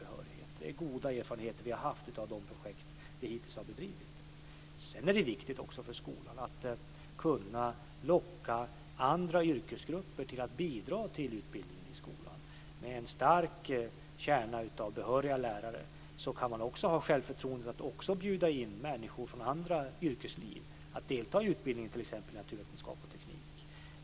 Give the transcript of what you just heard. Vi har haft goda erfarenheter av de projekt vi hittills har bedrivit. Det är också viktigt för skolan att kunna locka andra yrkesgrupper till att bidra till utbildningen i skolan. Med en stark kärna av behöriga lärare kan man ha självförtroendet att bjuda in människor från andra yrkesliv att delta i t.ex. utbildningen i naturvetenskap och teknik.